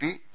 P T